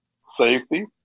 safety